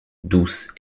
douce